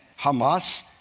Hamas